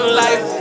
life